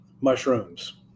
mushrooms